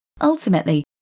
Ultimately